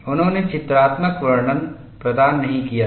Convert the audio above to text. उन्होंने चित्रात्मक वर्णन प्रदान नहीं किया था